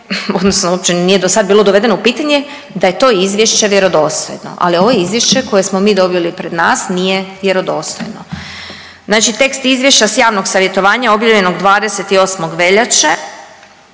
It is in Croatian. odnosno uopće nije do sad bilo dovedeno u pitanje da je to izvješće vjerodostojno, ali ovo izvješće koje smo mi dobili pred nas nije vjerodostojno. Znači tekst izvješća s javnog savjetovanja objavljenog 28. veljače